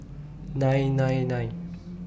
nine nine nine